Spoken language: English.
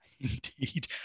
Indeed